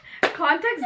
Context